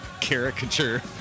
caricature